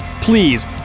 please